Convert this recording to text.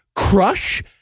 Crush